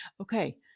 Okay